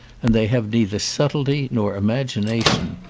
and they have neither subtlety nor imagination.